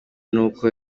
nuko